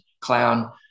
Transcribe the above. clown